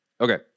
Okay